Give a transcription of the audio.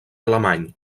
alemany